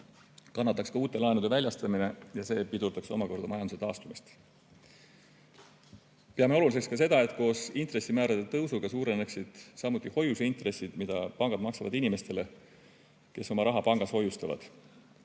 Kannataks ka uute laenude väljastamine ja see pidurdaks omakorda majanduse taastumist. Peame oluliseks ka seda, et koos intressimäärade tõusuga suureneksid samuti hoiuseintressid, mida pangad maksavad inimestele, kes oma raha pangas hoiustavad.